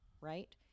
right